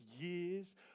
years